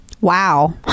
Wow